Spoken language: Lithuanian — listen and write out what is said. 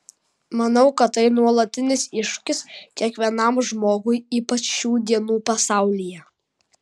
manau kad tai nuolatinis iššūkis kiekvienam žmogui ypač šių dienų pasaulyje